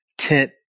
Tent